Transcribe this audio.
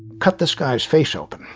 cut this guy's face open